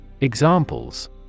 Examples